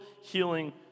healing